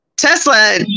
Tesla